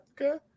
okay